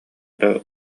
эрэ